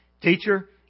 teacher